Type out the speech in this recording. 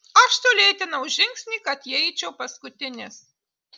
aš sulėtinau žingsnį kad įeičiau paskutinis